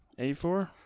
A4